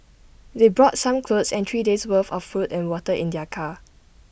they brought some clothes and three days' worth of food and water in their car